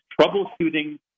troubleshooting